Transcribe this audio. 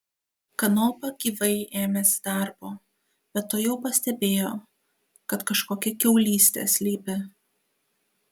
kanopa gyvai ėmėsi darbo bet tuojau pastebėjo kad kažkokia kiaulystė slypi